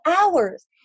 hours